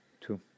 two